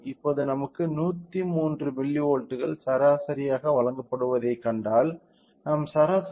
இப்போது நமக்கு 103 மில்லிவோல்ட்கள் சராசரியாக வழங்கப்படுவதைக் கண்டால் நாம் சராசரியாக 1